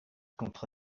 conte